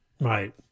Right